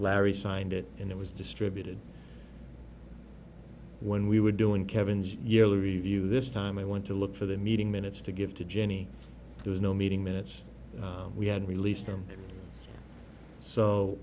larry signed it and it was distributed when we were doing kevin's yearly review this time i went to look for the meeting minutes to give to janie there was no meeting minutes we had released them so